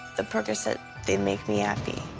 the percocet didn't make me happy.